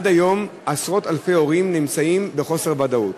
עד היום עשרות-אלפי הורים נמצאים בחוסר ודאות.